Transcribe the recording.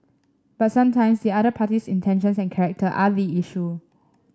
but sometimes the other party's intentions and character are the issue